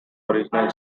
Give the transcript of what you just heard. original